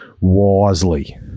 wisely